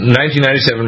1997